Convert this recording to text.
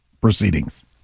proceedings